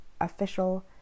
official